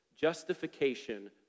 justification